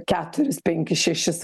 keturis penkis šešis